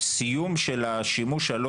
ולנועה מושייף ממשרד המשפטים,